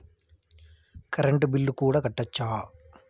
Current bill కూడా కట్టొచ్చా?